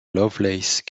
lovelace